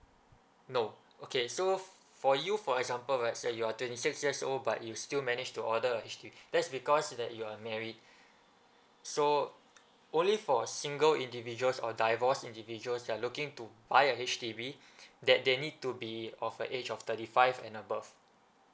no okay so for you for example let's say you're twenty six years old but you still manage to order a H_D_B that's because that you are married so only for a single individual or divorced individuals that are looking to buy a H_D_B that they need to be of the age of thirty five and above